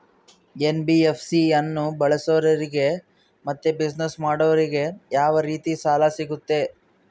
NBFC ಅನ್ನು ಬಳಸೋರಿಗೆ ಮತ್ತೆ ಬಿಸಿನೆಸ್ ಮಾಡೋರಿಗೆ ಯಾವ ರೇತಿ ಸಾಲ ಸಿಗುತ್ತೆ?